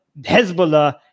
Hezbollah